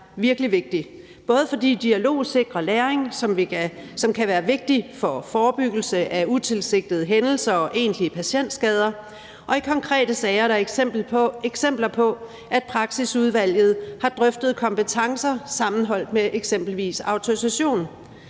virkelig vigtig, fordi dialog sikrer læring, som kan være vigtig for forebyggelse af utilsigtede hændelser og egentlige patientskader. Og i konkrete sager er der eksempler på, at praksisudvalget har drøftet kompetencer sammenholdt med eksempelvis autorisation.